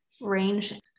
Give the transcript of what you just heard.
range